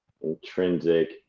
intrinsic